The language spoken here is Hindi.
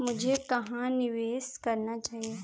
मुझे कहां निवेश करना चाहिए?